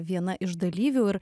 viena iš dalyvių ir